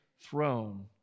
throne